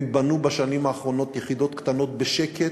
הם בנו בשנים האחרונות יחידות קטנות בשקט,